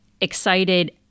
excited